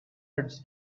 its